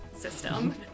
System